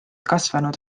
kasvanud